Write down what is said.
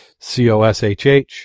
COSHH